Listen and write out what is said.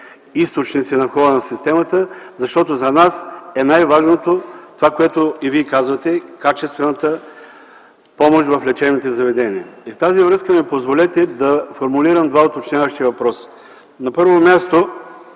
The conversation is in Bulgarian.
източници на входа на системата, защото за нас най-важното е това, което и Вие казвате – качествената помощ в лечебните заведения. В тази връзка ми позволете да формулирам двата уточняващи въпроса. На първо място,